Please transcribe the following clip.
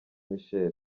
michel